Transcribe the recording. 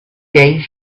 gave